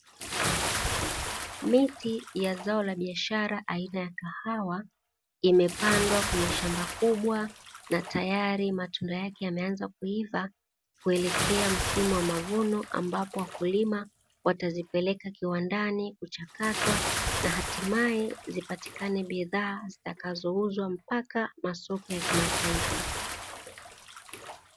Miti ya zao la biashara aina ya kahawa imepandwa kwenye shamba kubwa na tayari matunda yake yameanza kuiva kuelekea msimu wa mavuno, ambapo wakulima watazipeleka kiwandani kuchakatwa na hatimaye zipatikane bidhaa zitakazouzwa mpaka masoko ya kimataifa.